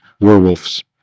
werewolves